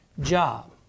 job